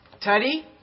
Teddy